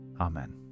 amen